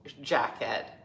jacket